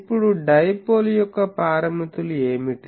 ఇప్పుడు డైపోల్ యొక్క పారామితులు ఏమిటి